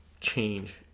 change